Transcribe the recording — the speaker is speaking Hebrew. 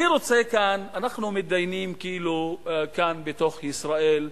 אנחנו מתדיינים כאן בתוך ישראל,